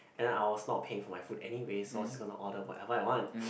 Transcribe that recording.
and I was not paying for my food anyway so I was just going to order whatever I want